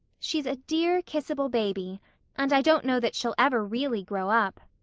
she's a dear, kissable baby and i don't know that she'll ever really grow up.